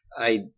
I-